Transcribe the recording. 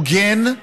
הוגן,